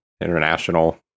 international